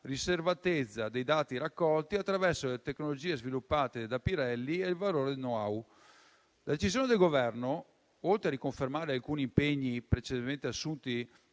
riservatezza dei dati raccolti attraverso le tecnologie sviluppate da Pirelli e il valore del suo *know-how*. La decisione del Governo, oltre a riconfermare alcuni impegni precedentemente assunti